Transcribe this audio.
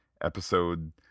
episode